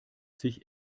sich